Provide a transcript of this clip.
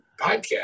podcast